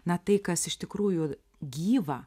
na tai kas iš tikrųjų gyva